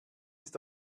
ist